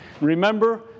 Remember